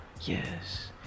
yes